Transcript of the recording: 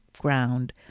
ground